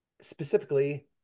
specifically